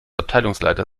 abteilungsleiter